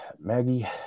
Maggie